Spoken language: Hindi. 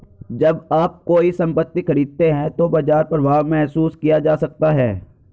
जब आप कोई संपत्ति खरीदते हैं तो बाजार प्रभाव महसूस किया जा सकता है